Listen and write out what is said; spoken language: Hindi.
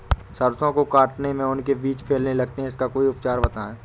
सरसो को काटने में उनके बीज फैलने लगते हैं इसका कोई उपचार बताएं?